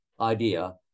idea